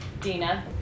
Dina